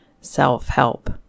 self-help